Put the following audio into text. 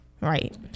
Right